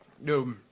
no